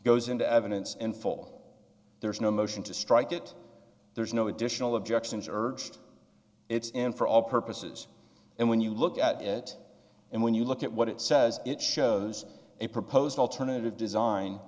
goes into evidence in full there is no motion to strike it there's no additional objections urged it's in for all purposes and when you look at it and when you look at what it says it shows a proposed alternative design